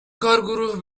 کارگروه